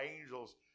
angels